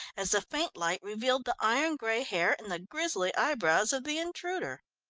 as the faint light revealed the iron-grey hair and the grisly eyebrows of the intruder.